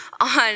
on